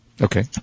Okay